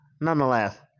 nonetheless